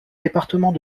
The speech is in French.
département